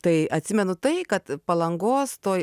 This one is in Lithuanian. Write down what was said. tai atsimenu tai kad palangos toj